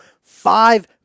five